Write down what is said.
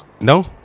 No